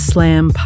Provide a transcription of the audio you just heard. Slam